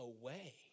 away